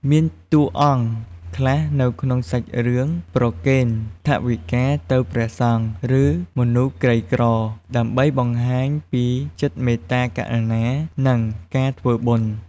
មានតួអង្គខ្លះនៅក្នុងសាច់រឿងប្រគេនថវិកាទៅព្រះសង្ឃ ឬ មនុស្សក្រីក្រ ដើម្បីបង្ហាញពីចិត្តមេត្តាករុណា និង ការធ្វើបុណ្យ។